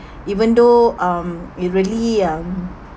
even though um you really um